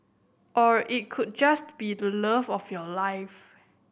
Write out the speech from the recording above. or it could just be the love of your life